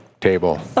table